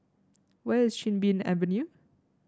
where is Chin Bee Avenue